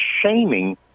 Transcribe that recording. shaming